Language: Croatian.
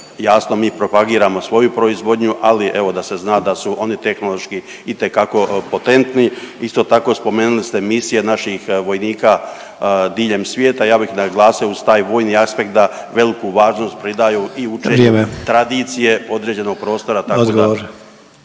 jasno mi propagiramo svoju proizvodnju, ali evo da se zna da su oni tehnološki itekako potentni. Isto tako spomenuli ste misije naših vojnika diljem svijeta, ja bih naglasio uz taj vojni aspekt da veliku važnost pridaju i …/Upadica: Vrijeme./… učenju tradicije određenog prostora